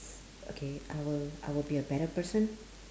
okay I will I will be a better person